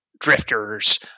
drifters